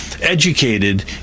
educated